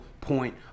point